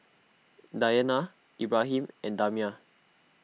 Dayana Ibrahim and Damia